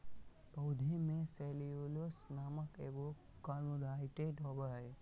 पौधा में सेल्यूलोस नामक एगो कार्बोहाइड्रेट होबो हइ